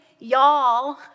Y'all